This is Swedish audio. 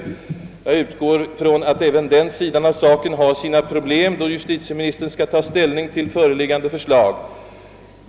Jag utgår från att även denna sida av saken förorsakar en del problem i samband med justitieministerns ställningstagande till föreliggande förslag.